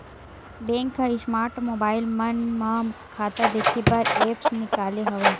bank ह smart mobile मन म खाता देखे बर ऐप्स निकाले हवय